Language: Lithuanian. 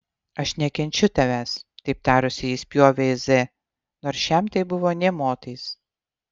aš nekenčiu tavęs taip tarusi ji spjovė į z nors šiam tai buvo nė motais